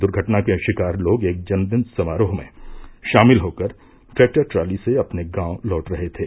दुर्घटना के शिकार लोग एक जन्मदिन समारोह में शामिल होकर ट्रैक्टर ट्रॉली से अपने गांव लौट रहे थे